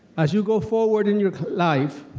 as you go forward in your life,